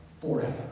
Forever